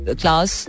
class